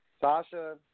Sasha